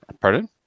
Pardon